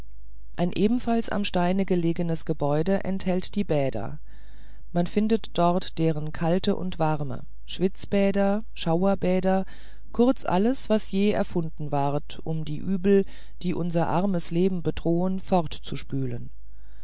ein ebenfalls am steine gelegenes gebäude enthält die bäder man findet dort deren kalte und warme schwitzbäder schauerbäder kurz alles was je erfunden ward um die übel die unser armes leben bedrohen fortzuspülen